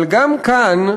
אבל גם כאן,